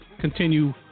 continue